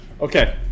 Okay